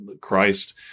Christ